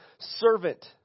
servant